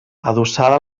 adossada